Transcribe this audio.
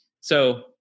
So-